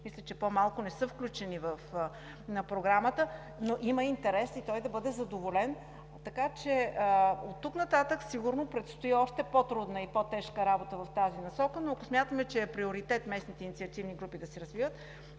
мисля, не са включени в Програмата, но има интерес и той да бъде задоволен. Така че оттук нататък сигурно предстои още по-трудна и по-тежка работа в тази насока, но ако смятаме, че е приоритет местните инициативни групи да се развиват,